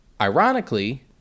Ironically